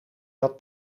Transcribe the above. dat